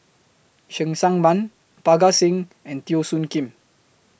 Cheng Tsang Man Parga Singh and Teo Soon Kim